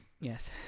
Yes